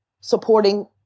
supporting